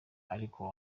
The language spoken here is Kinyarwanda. ariko